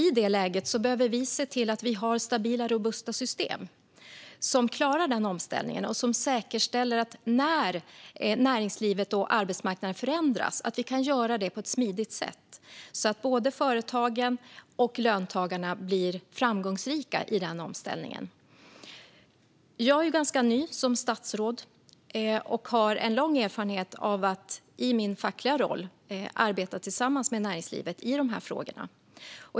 I det läget behöver vi se till att ha stabila, robusta system som klarar omställningen. Det ska säkerställa att näringslivet och arbetsmarknaden kan förändras på ett smidigt sätt så att både företagen och löntagarna blir framgångsrika i den omställningen. Jag är ganska ny som statsråd och har lång erfarenhet av att i min fackliga roll arbeta tillsammans med näringslivet i de här frågorna.